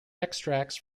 extracts